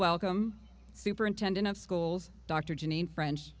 welcome superintendent of schools dr janine french